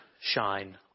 shine